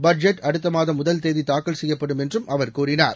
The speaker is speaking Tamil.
பட்ஜெட் அடுத்த மாதம் முதல் தேதி தாக்கல் செய்யப்படும் என்றும் அவர் கூறினார்